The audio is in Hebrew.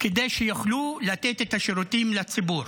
כדי שיוכלו לתת את השירותים לציבור,